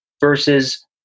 versus